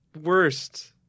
worst